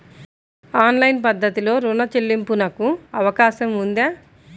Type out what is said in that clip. Online పద్ధతిలో రుణ చెల్లింపునకు అవకాశం ఉందా?